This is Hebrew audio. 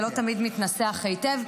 ולא תמיד מתנסח היטב,